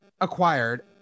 acquired